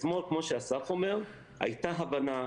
אתמול כמו שאסף אומר, הייתה הבנה.